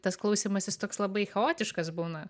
tas klausymasis toks labai chaotiškas būna